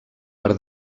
per